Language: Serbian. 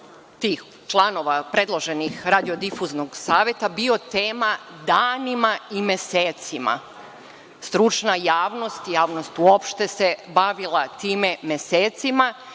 tih članova predloženih Radiodifuznog saveta bio tema danima i mesecima. Stručna javnost i javnost uopšte se bavila time mesecima